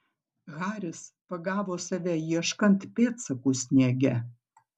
haris pagavo save ieškant pėdsakų sniege